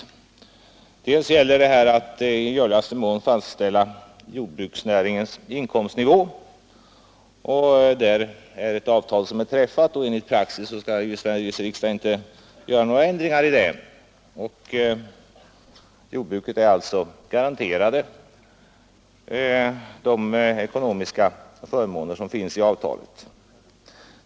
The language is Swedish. Å ena sidan gäller det att i görligaste mån fastställa jordbruksnäringens inkomstnivå. Där har ett avtal träffats, och enligt praxis i Sveriges riksdag gör man inte några ändringar i det. Jordbruket är alltså garanterat de ekonomiska förmåner som finns i avtalet.